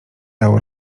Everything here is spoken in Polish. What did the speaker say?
dał